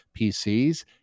pcs